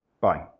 Bye